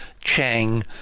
Chang